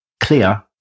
clear